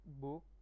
book